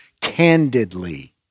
candidly